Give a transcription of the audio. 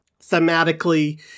thematically